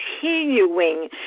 continuing